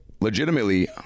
legitimately